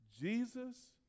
Jesus